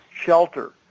shelter